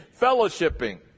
fellowshipping